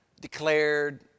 declared